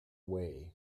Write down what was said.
way